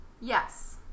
Yes